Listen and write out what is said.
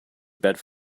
better